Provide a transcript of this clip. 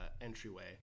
entryway